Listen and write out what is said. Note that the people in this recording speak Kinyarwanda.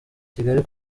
kigali